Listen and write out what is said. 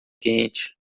quente